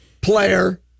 player